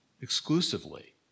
exclusively